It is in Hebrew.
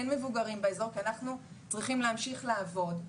אין מבוגרים באזור כי אנחנו צריכים להמשיך לעבוד.